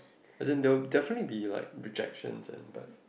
as in they will definitely be like rejections and but